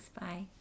Bye